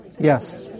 Yes